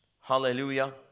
hallelujah